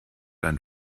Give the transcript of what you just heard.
einen